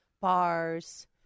bars